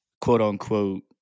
quote-unquote